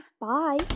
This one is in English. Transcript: Bye